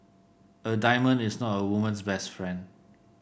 a diamond is not a woman's best friend